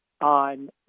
on